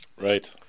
Right